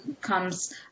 Comes